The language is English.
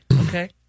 Okay